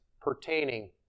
pertaining